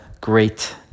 great